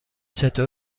چطور